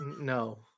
no